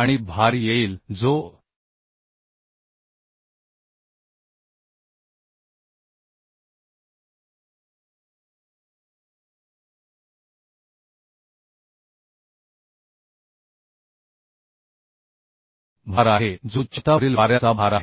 आणि भार येईल जो भार आहे जो छतावरील वाऱ्याचा भार आहे